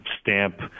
stamp